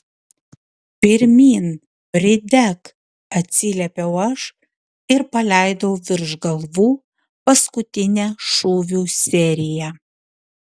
pirmyn pridek atsiliepiau aš ir paleidau virš galvų paskutinę šūvių seriją